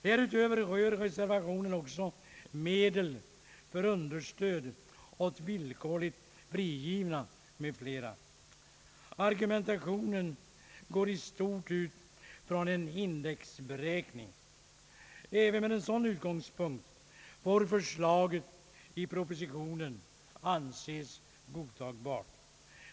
Därutöver rör reservationen också medel för understöd åt villkorligt frigivna m.fl. Argumentationen går i stort ut från en indexberäkning. Även med en sådan utgångspunkt får förslaget i propositionen anses godtagbart.